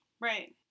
Right